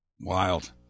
Wild